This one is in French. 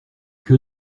que